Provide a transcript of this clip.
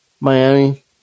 Miami